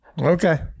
Okay